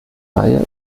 reihe